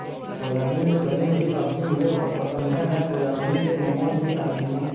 soybean से बनी हुई सब्जी मुझे बहुत पसंद है मैं सोयाबीन के मोमोज भी खाती हूं